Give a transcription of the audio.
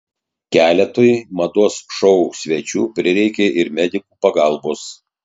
keletui mados šou svečių prireikė ir medikų pagalbos